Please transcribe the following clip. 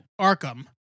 Arkham